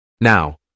Now